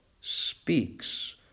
speaks